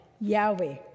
Yahweh